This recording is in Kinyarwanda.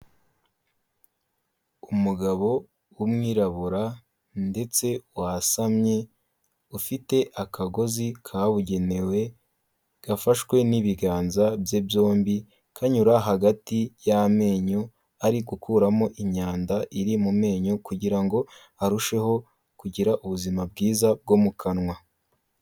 Umugabo w'umwirabura ndetse wasamye ufite akagozi kabugenewe gafashwe n'ibiganza bye byombi, kanyura hagati y'amenyo ari gukuramo imyanda iri mu menyo kugira ngo arusheho kugira ubuzima bwiza bwo mu kanwa.